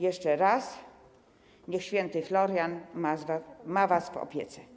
Jeszcze raz: niech św. Florian ma was w opiece.